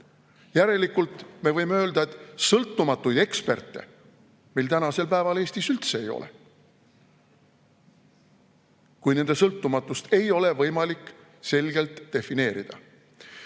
Järelikult me võime öelda, et sõltumatuid eksperte meil tänasel päeval Eestis üldse ei ole, kui nende sõltumatust ei ole võimalik selgelt defineerida. Ja